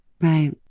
Right